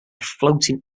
floating